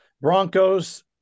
Broncos